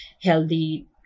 healthy